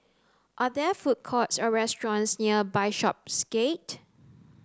are there food courts or restaurants near Bishopsgate